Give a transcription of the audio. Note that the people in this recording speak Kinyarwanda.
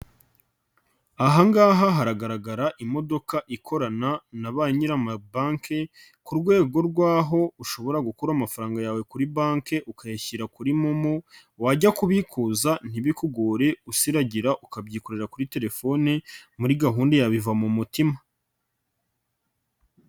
Aha ngaha haragaragara imodoka ikorana na ba nyir'amabanki, ku rwego rwaho ushobora gukura amafaranga yawe kuri banki ukayashyira kuri momo, wajya kubikuza ntibikugore usiragira ukabyikorera kuri telefone, muri gahunda ya biva momotima.